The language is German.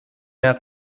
mehr